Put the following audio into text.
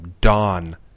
Dawn